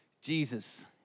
Jesus